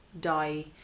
die